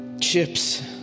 chips